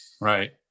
Right